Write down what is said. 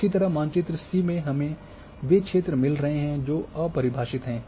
इसी तरह मानचित्र सी में हमें वे क्षेत्र मिल रहे हैं जो अपरिभाषित हैं